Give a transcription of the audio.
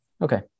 Okay